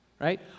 Right